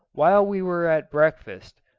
while we were at breakfast,